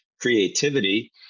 creativity